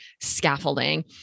scaffolding